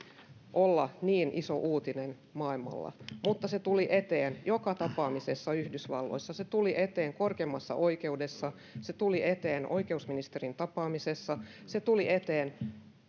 olla niin iso uutinen maailmalla mutta se tuli eteen joka tapaamisessa yhdysvalloissa se tuli eteen korkeimmassa oikeudessa se tuli eteen oikeusministerin tapaamisessa se tuli eteen